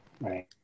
Right